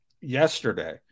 yesterday